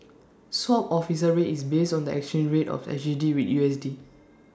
swap offer rate is based on the exchange rate of S G D with U S D